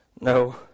no